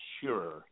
sure